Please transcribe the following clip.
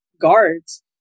guards